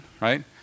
right